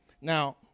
Now